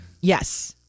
Yes